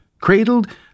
cradled